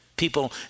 People